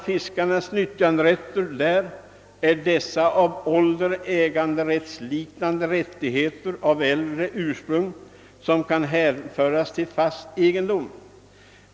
Fiskarnas nyttjanderätter till Bilhamn är äganderättsliknande rättigheler av äldre ursprung som kan hänföras till fast egendom.